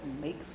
makes